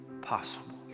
possible